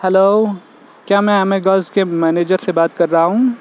hello کیا میں Aamir girls کے مینیجر سے بات کر رہا ہوں